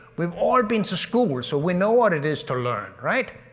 we've all been to school, so we know what it is to learn, right?